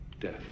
Death